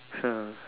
uh